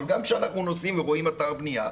אבל גם כשאנחנו נוסעים ורואים אתר בנייה,